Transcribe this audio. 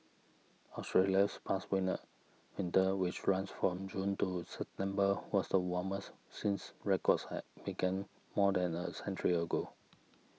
Australia's past winner winter which runs from June to September was the warmest since records had began more than a century ago